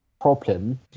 problem